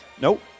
Nope